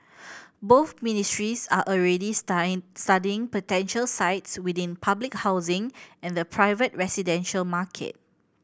both ministries are already studying potential sites within public housing and the private residential market